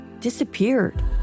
disappeared